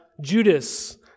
Judas